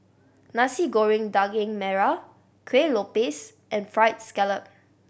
Nasi Goreng Daging Merah Kueh Lopes and Fried Scallop